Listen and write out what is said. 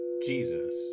Jesus